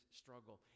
struggle